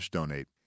donate